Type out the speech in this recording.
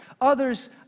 Others